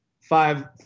five